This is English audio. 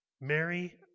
Mary